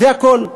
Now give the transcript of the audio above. זה הכול.